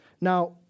Now